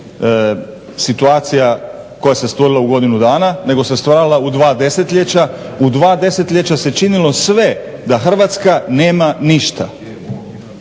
situacija koja se stvorila u godinu dana, nego se stvarala u dva desetljeća. U dva desetljeća se činilo sve da Hrvatska nema ništa.